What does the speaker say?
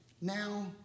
Now